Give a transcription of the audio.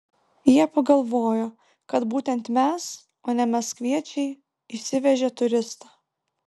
jie pagalvojo kad būtent mes o ne maskviečiai išsivežė turistą